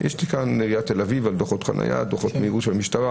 יש לי עיריית תל-אביב על דוחות חניה, של המשטרה.